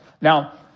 Now